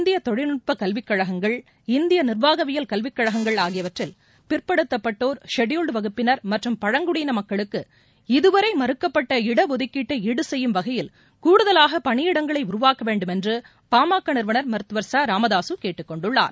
இந்தியதொழில்நுட்பக் கல்விக்கழகங்கள் இந்தியநிர்வாகவியல் கல்விக்கழகங்கள் ஆகியவற்றில் பிற்படுத்தப்பட்டோர் ஷெட்யூல்டுவகுப்பினர் மற்றம் பழங்குடியினமக்களுக்கு இதுவரைமறக்கப்பட்ட இடஒதுக்கீட்டைஈடுசெய்யும் வகையில் கூடுதலாகபணியிடங்களைஉருவாக்கவேண்டும் என்றுபாமகநிறுவனர் மருத்துவர் ச ராமதாசுகேட்டுக்கொண்டுள்ளார்